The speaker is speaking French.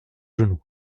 genoux